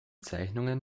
zeichnungen